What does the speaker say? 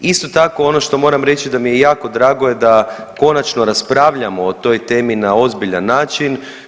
Isto tako ono što moram reći da mi je jako drago da konačno raspravljamo o toj temi na ozbiljan način.